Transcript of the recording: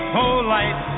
polite